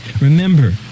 Remember